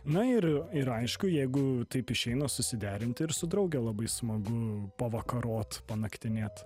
na ir ir aišku jeigu taip išeina susiderinti ir su drauge labai smagu pavakarot naktinėt